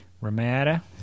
Ramada